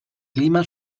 clima